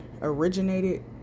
originated